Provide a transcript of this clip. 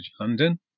London